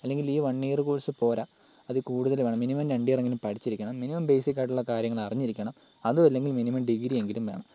അല്ലെങ്കിൽ ഈ one year course പോര അതിൽ കൂടുതൽ വേണം മിനിമം രണ്ട് ഇയർ എങ്കിലും പഠിച്ചിരിക്കണം മിനിമം ബേസിക്ക് ആയിട്ടുള്ള കാര്യങ്ങൾ അറിഞ്ഞിരിക്കണം അതുമല്ലെങ്കിൽ മിനിമം ഡിഗ്രി എങ്കിലും വേണം